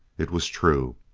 it was true.